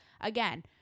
again